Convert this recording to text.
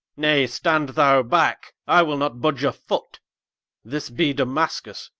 nay, stand thou back, i will not budge a foot this be damascus,